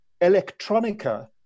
Electronica